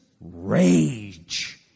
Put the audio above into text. rage